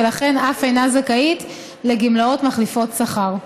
ולכן אף אינה זכאית לגמלאות מחליפות שכר.